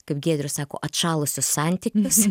kaip giedrius sako atšalusius santykius